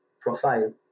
profile